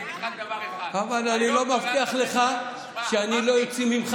אבל אני לא מבטיח לך שאני לא אוציא ממך